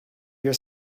your